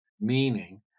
meaning